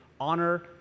honor